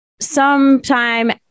Sometime